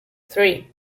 three